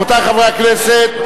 רבותי חברי הכנסת,